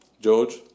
George